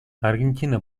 аргентина